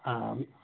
ہاں